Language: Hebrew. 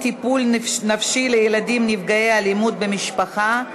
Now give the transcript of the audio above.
טיפול נפשי לילדים נפגעי אלימות במשפחה),